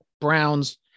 Browns